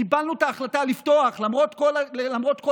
קיבלנו את ההחלטה לפתוח, למרות כל הדילמות.